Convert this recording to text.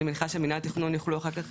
אני מניחה שמינהל התכנון יוכל אחר כך